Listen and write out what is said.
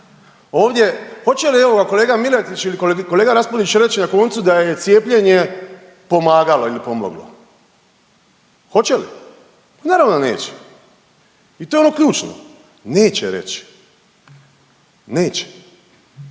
ovdje hoće li evo ga kolega Miletić ili kolega Raspudić reći na koncu da je cijepljenje pomagalo ili pomoglo? Hoće li? Naravno da neće. I to je ono ključno neće reći, neće,